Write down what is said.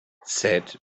said